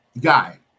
guy